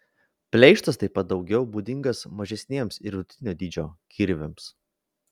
pleištas taip pat daugiau būdingas mažesniems ir vidutinio dydžio kirviams